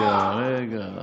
רגע, רגע.